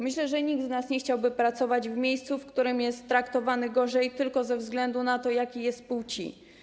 Myślę, że nikt z nas nie chciałby pracować w miejscu, w którym jest traktowany gorzej tylko ze względu na to, jakiej jest płci.